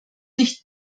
nicht